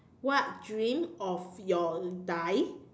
what dream of your die